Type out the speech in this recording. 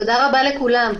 תודה רבה לכולם.